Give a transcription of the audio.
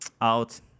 out